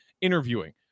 interviewing